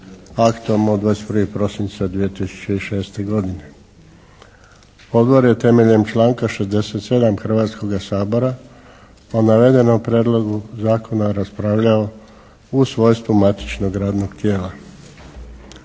aktom od 21. prosinca 2006. godine. Odbor je temeljem članka 67. Hrvatskoga sabora o navedenom prijedlogu zakona raspravljao u svojstvu matičnog radnog tijela.